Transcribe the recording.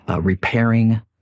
repairing